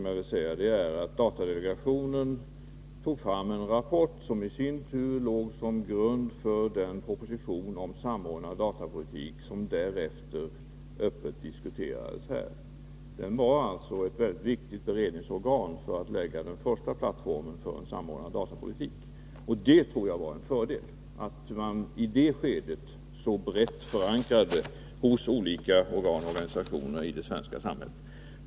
Jag vill vidare säga att datadelegationen tog fram en rapport, som i sin tur låg till grund för den proposition om samordnad datapolitik som därefter öppet diskuterades här. Delegationen var alltså ett mycket viktigt beredningsorgan när det gällde att lägga den första plattformen för en samordnad datapolitik. Jag tror att det var en fördel att man i det skedet förankrade förslaget hos olika organ och organisationer i det svenska samhället.